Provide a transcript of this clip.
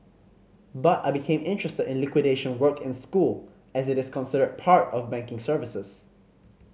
but I became interested in liquidation work in school as it is considered part of banking services